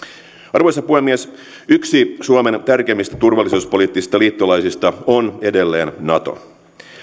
arvoisa puhemies yksi suomen tärkeimmistä turvallisuuspoliittista liittolaisista on edelleen nato